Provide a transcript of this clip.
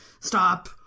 Stop